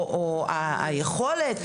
או היכולת,